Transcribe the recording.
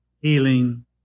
healing